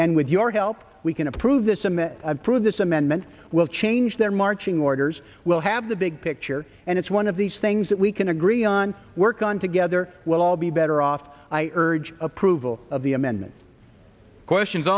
and with your help we can approve this summit approve this amendment will change their marching orders we'll have the big picture and it's one of these things that we can agree on work on together we'll all be better off i urge approval of the amendment questions